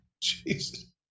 Jesus